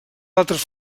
altres